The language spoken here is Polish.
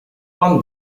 pan